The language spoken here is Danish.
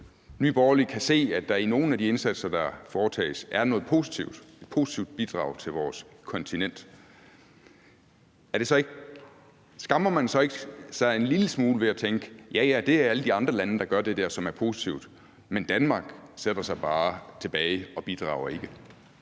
Nye Borgerlige kan se, at der i nogle af de indsatser, der foretages, er et positivt bidrag til vores kontinent, skammer man sig så ikke en lille smule ved at tænke: Ja, ja, det er alle de andre lande, der gør det der, som er positivt, men Danmark sætter sig bare tilbage og bidrager ikke?